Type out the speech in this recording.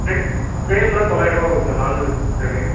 frame ஃப்ரேம்லாம் தொள்ளாயிர ரூபா வருங்க சார் நார்மல் ஃப்ரேமே